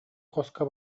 хоско